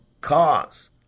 cause